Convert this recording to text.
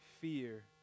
fear